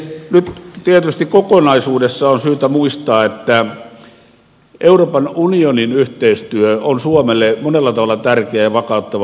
nyt tietysti kokonaisuudessa on syytä muistaa että euroopan unionin yhteistyö on suomelle monella tavalla tärkeä ja vakauttava asia